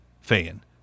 fan